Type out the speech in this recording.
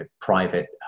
private